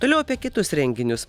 toliau apie kitus renginius